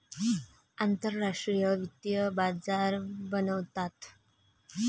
आंतरराष्ट्रीय वित्तीय बाजार बनवतात